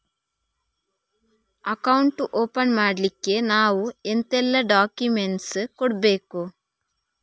Account open ಮಾಡ್ಲಿಕ್ಕೆ ನಾವು ಎಂತೆಲ್ಲ ಡಾಕ್ಯುಮೆಂಟ್ಸ್ ಕೊಡ್ಬೇಕು?